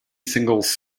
singles